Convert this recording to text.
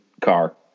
car